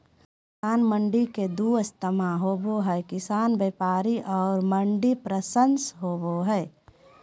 किसान मंडी के दू स्तम्भ होबे हइ किसान व्यापारी और मंडी प्रशासन हइ